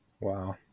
Wow